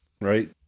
right